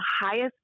highest